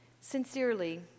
Sincerely